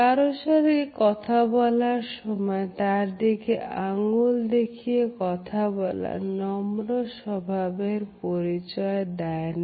কারো সাথে কথা বলার সময় তার দিকে আঙুল দেখিয়ে কথা বলা নম্র স্বভাবের পরিচয় দেয় না